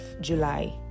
July